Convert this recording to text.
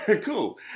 cool